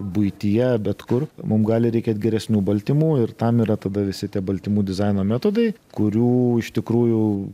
buityje bet kur mum gali reikėt geresnių baltymų ir tam yra tada visi tie baltymų dizaino metodai kurių iš tikrųjų